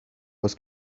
was